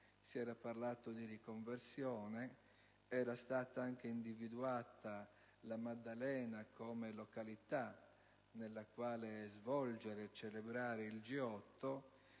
Si era parlato di riconversione. Era stata anche individuata La Maddalena come località nella quale svolgere e celebrare il G8.